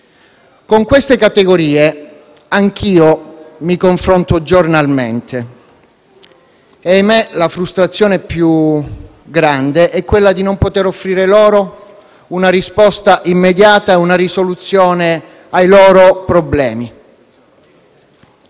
Con queste categorie anche io mi confronto giornalmente e, ahimè, la frustrazione più grande è quella di non poter offrire loro una risposta immediata e una soluzione dei loro problemi.